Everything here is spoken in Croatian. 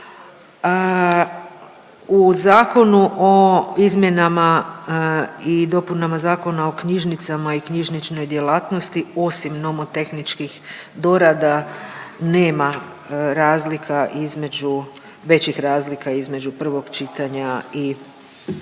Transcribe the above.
U Zakonu o izmjenama i dopunama Zakona o knjižnicama i knjižničnoj djelatnosti osim nomotehničkih dorada nema razlika između, većih razlika između prvog čitanja i konačnog